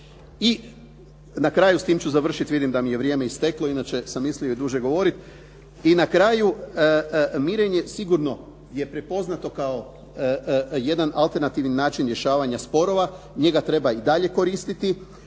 I na kraju s tim ću završiti jer vidim da mi je vrijeme isteklo, inače sam mislio i duže govoriti. I na kraju mirenje sigurno je prepoznato kao jedan alternativni način rješavanja sporova. Njega treba i dalje koristiti